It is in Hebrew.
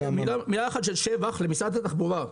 מילה אחת של שבח למשרד התחבורה.